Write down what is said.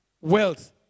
Wealth